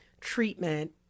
treatment